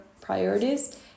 priorities